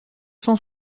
cent